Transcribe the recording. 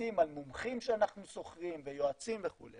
מתבססים על מומחים שאנחנו שוכרים ויועצים וכו'.